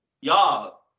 Y'all